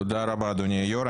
תודה רבה, אדוני היושב-ראש.